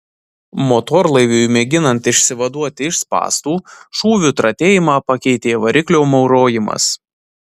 motorlaiviui mėginant išsivaduoti iš spąstų šūvių tratėjimą pakeitė variklio maurojimas